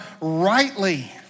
Rightly